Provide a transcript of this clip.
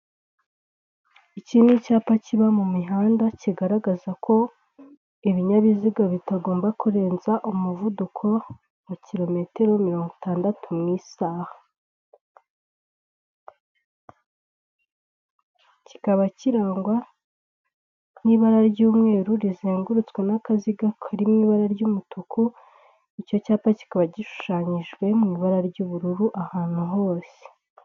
Iki ni icyapa kiba mu mihanda kigaragaza ko ibinyabiziga bitagomba kurenza umuvuduko wa kilometero mirongo itandatu mu isaha. Kikaba kirangwa n'ibara ry'umweru rizengurutswe n'akaziga kari mu ibara ry'umutuku, icyo cyapa kikaba gishushanyijwe mu ibara ry'ubururu ahantu hose.